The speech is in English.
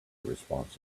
response